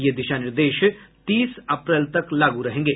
ये दिशा निर्देश तीस अप्रैल तक लागू रहेंगे